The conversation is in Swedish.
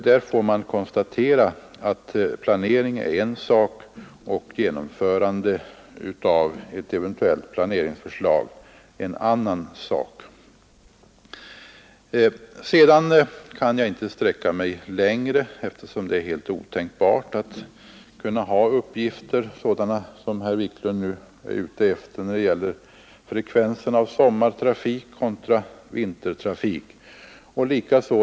Här får man dock konstatera att planering är en sak och genomförande av ett eventuellt planeringsförslag en annan sak. Sedan kan jag inte sträcka mig längre, eftersom det är helt otänkbart att kunna lämna sådana uppgifter som de herr Wiklund är ute efter — frekvensen av sommartrafik kontra vintertrafik t.ex.